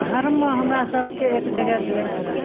धर्म हमरा सभके एक जगह जोड़िके रखै हइ